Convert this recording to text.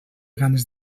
ganes